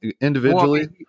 individually